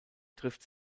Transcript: trifft